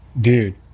dude